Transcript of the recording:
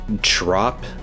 drop